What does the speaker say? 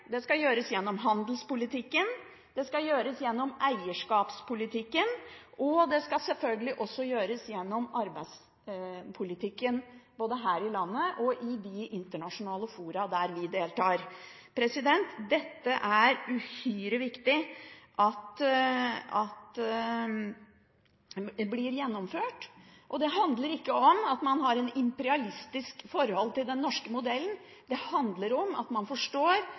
det skal gjøres gjennom handelspolitikken, det skal gjøres gjennom eierskapspolitikken, og det skal selvfølgelig gjøres gjennom arbeidspolitikken, både her i landet og i de internasjonale foraene der vi deltar. Det er uhyre viktig at dette blir gjennomført. Det handler ikke om at man har et imperialistisk forhold til den norske modellen. Det handler om at man forstår